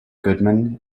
goodman